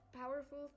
powerful